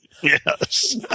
yes